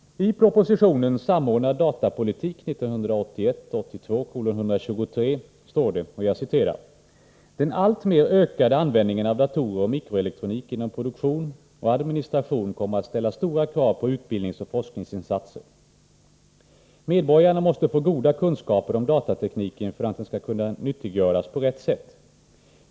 I proposition 1981/82:123 Samordnad datapolitik står det: ”Den alltmer ökade användningen av datorer och mikroelektronik inom produktion och administration kommer att ställa stora krav på utbildningsoch forskningsinsatser. Medborgarna måste få goda kunskaper om datatekniken för att den skall kunna nyttiggöras på rätt sätt.